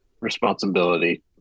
responsibility